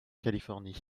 californie